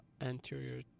anterior